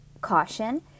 caution